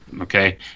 okay